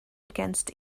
against